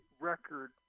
record